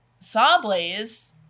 Sawblaze